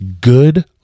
Good